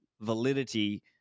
validity